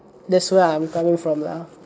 that's where I'm coming from lah